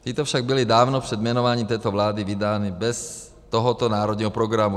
Tyto však byly dávno před jmenováním této vlády vydány bez tohoto národního programu.